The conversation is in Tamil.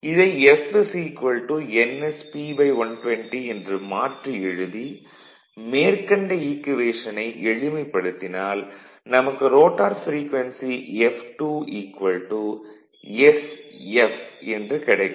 இதை f nsP120 என்று மாற்றி எழுதி மேற்கண்ட ஈக்குவேஷனை எளிமைப்படுத்தினால் நமக்கு ரோட்டார் ப்ரீக்வென்சி f2 sf என்று கிடைக்கும்